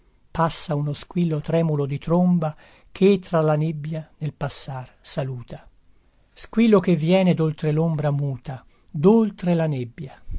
passa uno squillo tremulo di tromba che tra la nebbia nel passar saluta squillo che viene doltre lombra muta doltre la nebbia